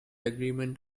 agreement